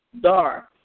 dark